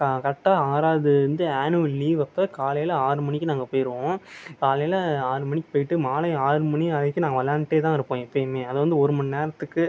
க கரெக்ட்டா ஆறாவதுலந்து ஆனுவல் லீவ்வப்போ காலையில் ஆறு மணிக்கு நாங்கள் போய்ருவோம் காலையில் ஆறு மணிக்கு போய்ட்டு மாலை ஆறு மணி வரைக்கும் நாங்கள் விளாண்ட்டே தான் இருப்போம் எப்பயுமே அது வந்து ஒருமணி நேரத்துக்கு